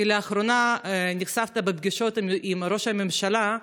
כי לאחרונה נחשפת, בפגישות עם ראש הממשלה,